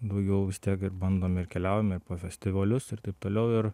daugiau vis tiek ir bandom ir keliaujam ir po festivalius ir taip toliau ir